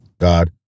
God